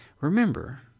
Remember